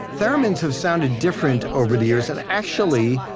theremin's have sounded different over the years. and actually,